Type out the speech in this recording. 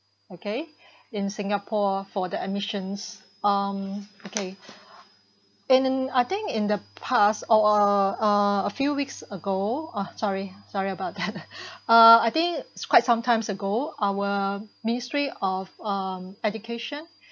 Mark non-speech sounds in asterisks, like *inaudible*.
okay in singapore for the admissions um okay in I think in the past or a a a few weeks ago uh sorry sorry about that *laughs* *breath* uh I think it's quite sometimes ago our ministry of um education